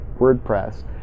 WordPress